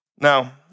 Now